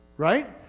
Right